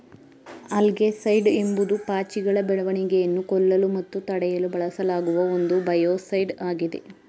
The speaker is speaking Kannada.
ಆಲ್ಗೆಸೈಡ್ ಎಂಬುದು ಪಾಚಿಗಳ ಬೆಳವಣಿಗೆಯನ್ನು ಕೊಲ್ಲಲು ಮತ್ತು ತಡೆಯಲು ಬಳಸಲಾಗುವ ಒಂದು ಬಯೋಸೈಡ್ ಆಗಿದೆ